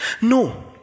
no